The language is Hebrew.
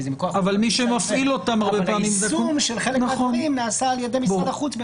אבל היישום של חלק מהדברים נעשה על ידי משרד החוץ,